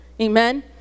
amen